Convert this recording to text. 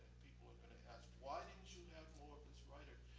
people are going to ask, why didn't you have more of this writer?